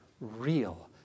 Real